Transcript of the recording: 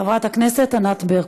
חברת הכנסת ענת ברקו.